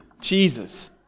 Jesus